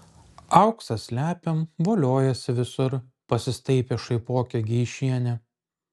auksą slepiam voliojasi visur pasistaipė šaipokė geišienė